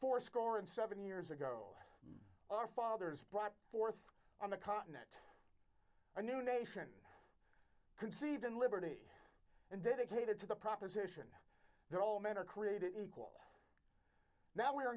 fourscore and seven years ago our fathers brought forth on the continent a new nation conceived in liberty and dedicated to the proposition that all men are created equal now we are